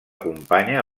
companya